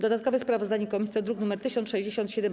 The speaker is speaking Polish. Dodatkowe sprawozdanie komisji to druk nr 1067-